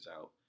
out